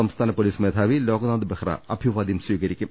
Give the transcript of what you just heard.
സംസ്ഥാന പൊലീസ് മേധാവി ലോക്നാഥ് ബെഹ്റ അഭിവാദ്യം സ്വീകരിക്കും